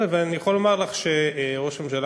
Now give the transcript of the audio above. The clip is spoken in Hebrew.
אני יכול לומר לך שראש הממשלה,